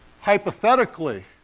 hypothetically